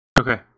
Okay